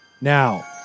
now